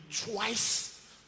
twice